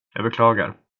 beklagar